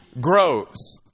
grows